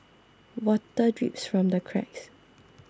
water drips from the cracks